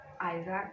isaac